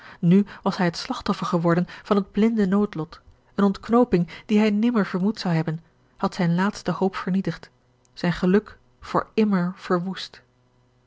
nu was hij het slagtoffer geworden van het blinde noodlot eene ontknooping die george een ongeluksvogel hij nimmer vermoed zou hebben had zijne laatste hoop vernietigd zijn geluk voor immer verwoest